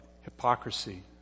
hypocrisy